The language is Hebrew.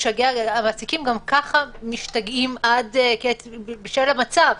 המעסיקים גם ככה משתגעים בגלל המצב.